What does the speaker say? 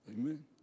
Amen